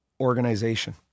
organization